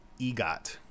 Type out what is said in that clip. EGOT